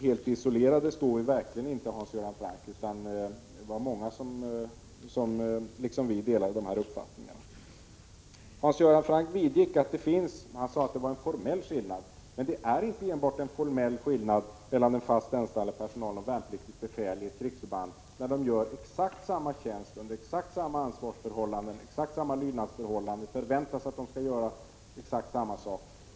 Helt isolerade står vi verkligen inte, Hans Göran Franck, utan vi var många som delade de här uppfattningarna. Hans Göran Franck vidgick att det, som han sade, finns en formell skillnad. Men det är inte enbart en formell skillnad mellan den fast anställda personalen och värnpliktigt befäl i ett krigsförband. De har exakt samma tjänst under exakt samma ansvarsförhållanden och lydnadsförhållanden, och det förväntas att de skall göra exakt samma sak.